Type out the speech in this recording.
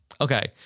Okay